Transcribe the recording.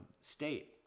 state